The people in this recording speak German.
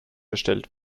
erstellt